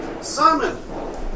Simon